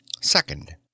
Second